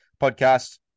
podcast